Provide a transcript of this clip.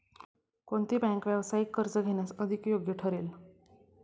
कोणती बँक व्यावसायिक कर्ज घेण्यास अधिक योग्य ठरेल?